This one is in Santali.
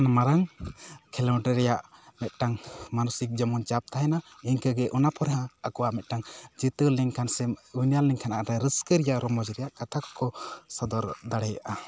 ᱢᱟᱨᱟᱝ ᱠᱷᱮᱞᱳᱰ ᱨᱮᱭᱟᱜ ᱢᱤᱫᱴᱟᱝ ᱢᱟᱱᱚᱥᱤᱠ ᱡᱮᱢᱚᱱ ᱪᱟᱯ ᱛᱟᱦᱮᱸᱱᱟ ᱤᱱᱠᱟᱹ ᱜᱮ ᱚᱱᱟ ᱯᱚᱨᱮ ᱦᱚᱸ ᱟᱠᱚᱣᱟᱜ ᱢᱤᱫᱴᱟᱝ ᱡᱤᱛᱟᱹᱣ ᱞᱮᱱᱠᱷᱟᱱ ᱥᱮ ᱩᱭᱱᱟᱨ ᱞᱮᱱᱠᱷᱟᱱ ᱟᱨᱦᱚᱸ ᱨᱟᱹᱥᱠᱟᱹ ᱨᱮᱭᱟᱜ ᱨᱚᱢᱚᱡ ᱨᱮᱭᱟᱜ ᱠᱟᱛᱷᱟ ᱠᱚ ᱠᱚ ᱥᱚᱫᱚᱨ ᱫᱟᱲᱮᱭᱟᱜᱼᱟ